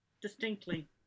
distinctly